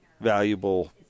valuable